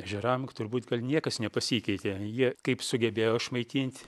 ežeram turbūt gal niekas nepasikeitė jie kaip sugebėjo išmaitint